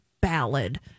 ballad